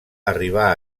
arribà